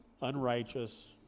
unrighteous